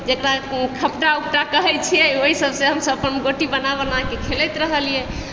जकरा खपड़ा उपड़ा कहैत छै ओहि सबसँ हमसब अपन गोटी बना बनाकेँ खेलैत रहलियै